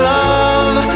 love